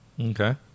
Okay